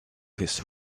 his